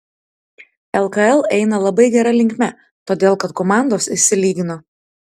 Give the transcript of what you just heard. lkl eina labai gera linkme todėl kad komandos išsilygino